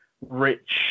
rich